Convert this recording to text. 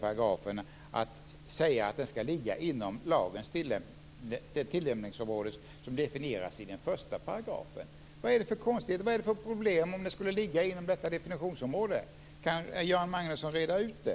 Jag förstår inte problemet med att säga att den ska ligga inom det tillämpningsområde som definieras i 1 §. Vad är det för problem om den skulle ligga inom detta definitionsområde? Kan Göran Magnusson reda ut det?